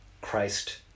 Christ